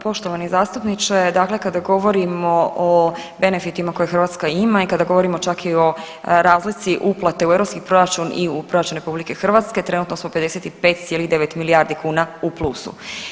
Poštovani zastupniče, dakle kada govorimo o benefitima koje Hrvatska ima i kada govorimo čak i o razlici uplate u europski proračun i u proračun RH trenutno smo 55,9 milijardi kuna u plusu.